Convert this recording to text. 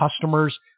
customers